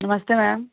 नमस्ते मैम